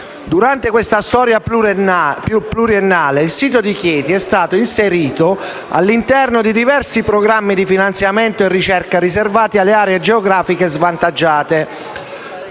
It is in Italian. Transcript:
Durante la sua storia pluridecennale, il sito di Chieti è stato inserito all'interno di diversi programmi di finanziamento e ricerca riservati alle aree geografiche svantaggiate,